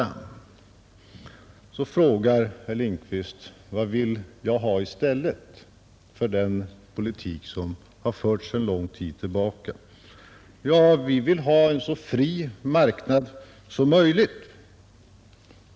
Vidare frågar herr Lindkvist vad jag vill ha i stället för den politik som förts sedan lång tid tillbaka. Jag vill ha en så fri marknad som möjligt.